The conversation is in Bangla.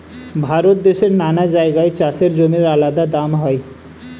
ভারত দেশের নানা জায়গায় চাষের জমির আলাদা দাম হয়